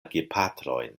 gepatrojn